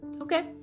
Okay